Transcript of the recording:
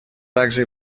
также